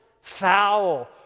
foul